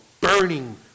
burning